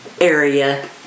area